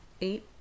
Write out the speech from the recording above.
eight